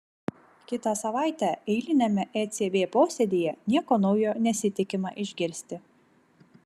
kitą savaitę eiliniame ecb posėdyje nieko naujo nesitikima išgirsti